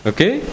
Okay